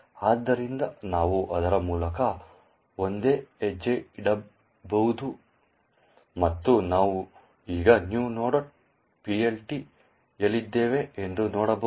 ಆದ್ದರಿಂದ ನಾವು ಅದರ ಮೂಲಕ ಒಂದೇ ಹೆಜ್ಜೆ ಇಡಬಹುದು ಮತ್ತು ನಾವು ಈಗ new nodePLT ಯಲ್ಲಿದ್ದೇವೆ ಎಂದು ನೋಡಬಹುದು